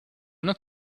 not